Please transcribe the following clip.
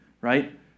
right